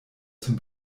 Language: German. zum